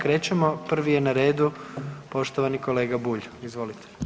Krećemo, prvi je na redu poštovani kolega Bulj, izvolite.